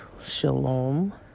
Shalom